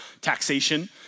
taxation